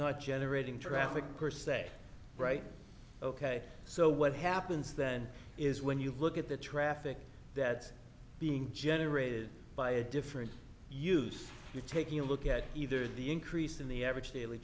not generating traffic per se right ok so what happens then is when you look at the traffic that's being generated by a different use you're taking a look at either the increase in the average daily